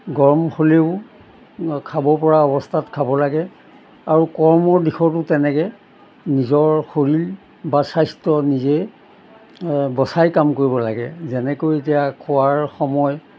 গৰম হ'লেও খাব পৰা অৱস্থাত খাব লাগে আৰু কৰ্মৰ দিশতো তেনেকৈ নিজৰ শৰীৰ বা স্বাস্থ্য নিজে বচাই কাম কৰিব লাগে যেনেকৈ এতিয়া খোৱাৰ সময়